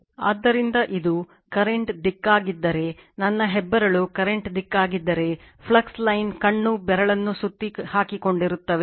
ಆದ್ದರಿಂದ ಇದು ಕರೆಂಟ್ ದಿಕ್ಕಾಗಿದ್ದರೆ ನನ್ನ ಹೆಬ್ಬೆರಳು ಕರೆಂಟ್ ದಿಕ್ಕಾಗಿದ್ದರೆ ಫ್ಲಕ್ಸ್ ಲೈನ್ ಕಣ್ಣು ಬೆರಳನ್ನು ಸುತ್ತಿ ಹಾಕಿಕೊಂಡಿರುತ್ತವೆ